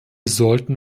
sollten